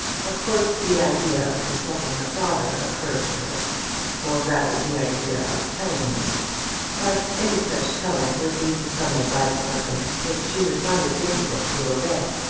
of course the idea of consulting her father occurred to her or rather the idea of telling him but any such telling would lead to some advice from him which she would find it difficult to obey,